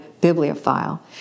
bibliophile